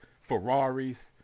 Ferraris